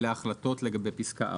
אלה ההחלטות לגבי פסקה (4).